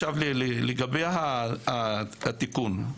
לגבי התיקון.